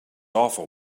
awful